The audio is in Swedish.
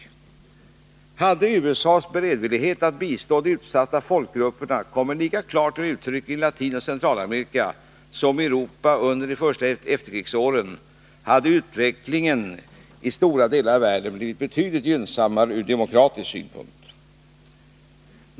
A SS : Be utvecklingssamar Hade USA:s beredvillighet att bistå de utsatta folkgrupperna kommit lika bre mm klart till uttryck i Latinoch Centralamerika som i Europa under de första efterkrigsåren, hade utvecklingen i stora delar av världen blivit betydligt gynnsammare ur demokratisk synpunkt.